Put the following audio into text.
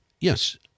Yes